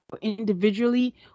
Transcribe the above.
individually